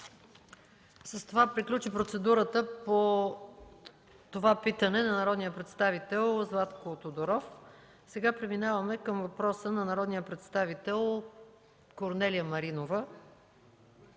С това приключи процедурата по питането на народния представител Златко Тодоров. Преминаваме към въпроса на народния представител Корнелия Маринова